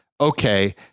okay